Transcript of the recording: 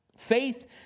Faith